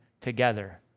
together